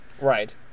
Right